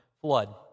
flood